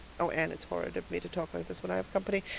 oh anne, it's horrid of me to talk like this when i have company.